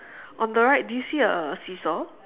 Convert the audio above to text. on the right do you see a seesaw